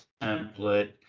template